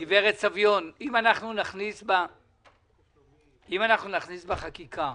גברת סביון, מה אם נכניס בחקיקה: